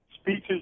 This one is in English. speeches